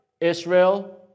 Israel